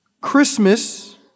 Christmas